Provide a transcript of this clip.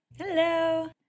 Hello